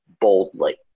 boldly